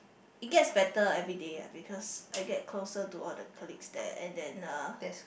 it gets better everyday ah because I get closer to all the colleagues there and then uh